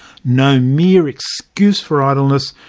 no mere excuse for idleness,